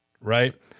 Right